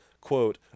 quote